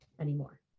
anymore